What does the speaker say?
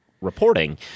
reporting